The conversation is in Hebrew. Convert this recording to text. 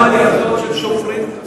שמעתי הרצאות של סופרים,